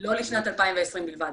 לא לשנת 2020 בלבד.